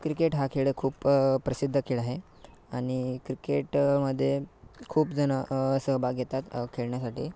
cricket हा खेळ खूप प्रसिद्ध खेळ आहे आणि क्रिकेट मध्ये खूप जण सहभाग घेतात खेळण्यासाठी